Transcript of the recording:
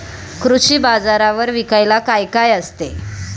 कृषी बाजारावर विकायला काय काय असते?